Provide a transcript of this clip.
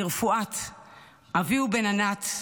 לרפואת אביהוא בן ענת,